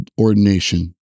ordination